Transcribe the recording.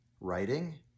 writing